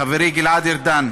חברי גלעד ארדן: